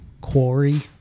Quarry